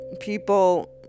people